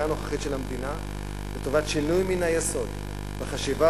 הנוכחית של המדינה לטובת שינוי מן היסוד בחשיבה